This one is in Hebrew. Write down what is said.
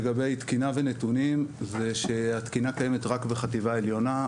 לגבי תקינה ונתונים זה שהתקינה קיימת רק בחטיבה עליונה,